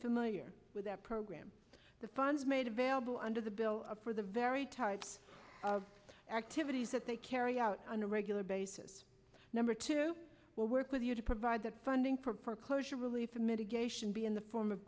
familiar with that program the funds made available under the bill for the very types of activities that they carry out on a regular basis number two will work with you to provide the funding for closure relief a mitigation be in the form of